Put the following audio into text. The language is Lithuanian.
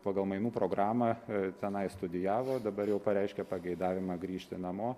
pagal mainų programą tenai studijavo dabar jau pareiškė pageidavimą grįžti namo